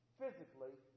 physically